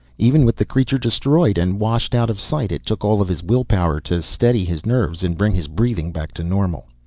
even with the creature destroyed and washed out of sight it took all of his will power to steady his nerves and bring his breathing back to normal.